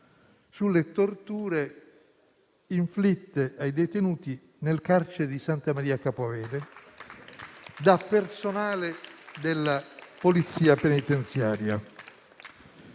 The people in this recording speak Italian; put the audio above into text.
sulle torture inflitte ai detenuti nel carcere di Santa Maria Capua Vetere da personale della polizia penitenziaria.